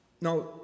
Now